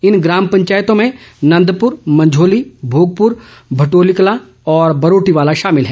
इन ग्राम पंचायतों में नंदपुर मंझोली भोगपुर भटोलीकलां और बरोटीवाला शामिल है